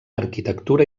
arquitectura